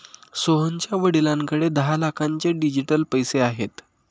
सोहनच्या वडिलांकडे दहा लाखांचे डिजिटल पैसे आहेत